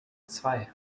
zwei